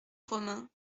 romain